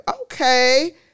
okay